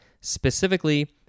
specifically